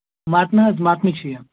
مَٹنہٕ حظ مَٹنہٕ چھِ یہِ